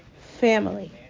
family